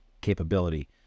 capability